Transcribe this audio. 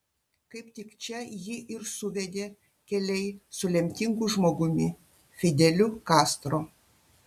kaip tik čia jį ir suvedė keliai su lemtingu žmogumi fideliu kastro